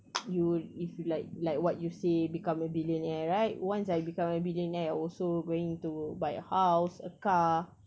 you if you like like what you say become a billionaire right once I become a billionaire I'm also going to buy a house a car